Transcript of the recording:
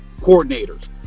coordinators